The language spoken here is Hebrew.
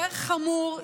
יותר חמור,